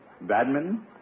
Badminton